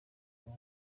ubu